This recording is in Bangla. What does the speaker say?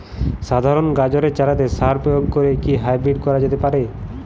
সাধারণ গাজরের চারাতে সার প্রয়োগ করে কি হাইব্রীড করা যেতে পারে?